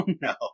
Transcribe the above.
no